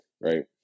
right